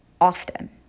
Often